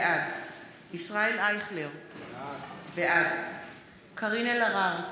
בעד ישראל אייכלר, בעד קארין אלהרר,